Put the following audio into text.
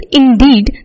indeed